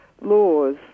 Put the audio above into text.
laws